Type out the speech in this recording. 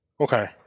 Okay